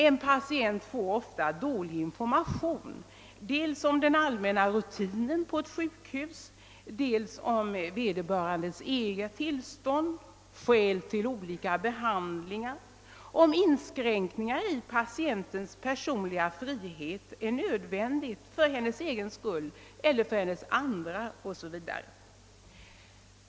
En patient får ofta dålig information om den allmänna rutinen på ett sjukhus, om sitt eget tillstånd, om skälet till olika behandlingar och om huruvida inskränkningar i patientens personliga frihet är nödvändiga för hennes egen eiler andra patienters skull etc.